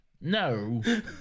No